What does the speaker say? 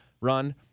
run